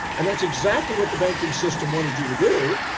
and that's exactly what the banking system wanted you to do.